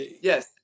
Yes